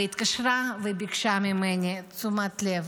היא התקשרה וביקשה ממני תשומת לב.